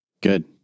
Good